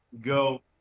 Go